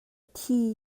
thi